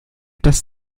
das